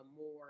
more